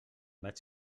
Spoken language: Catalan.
vaig